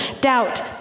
doubt